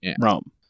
Rome